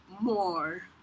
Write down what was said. more